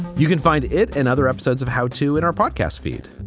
you can find it and other episodes of how to in our podcast feed